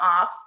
off